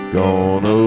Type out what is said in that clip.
gone